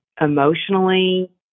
emotionally